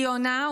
היא עונה,